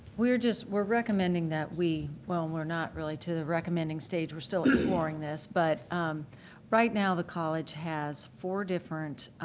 we're just we're recommending that we well, and we're not really to the recommending stage, we're still exploring this. but right now the college has four different